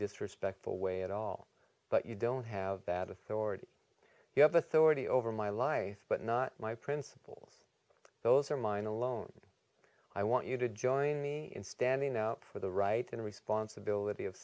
disrespectful way at all but you don't have that authority you have authority over my life but not my principles those are mine alone i want you to join me in standing up for the right and responsibility of